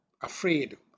afraid